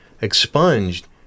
expunged